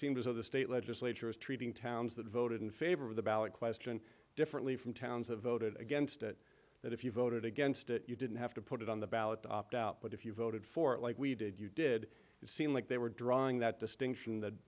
seems as though the state legislature is treating towns that voted in favor of the ballot question differently from towns have voted against it that if you voted against it you didn't have to put it on the ballot opt out but if you voted for it like we did you did it seem like they were drawing that distinction that